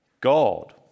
God